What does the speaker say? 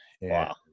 Wow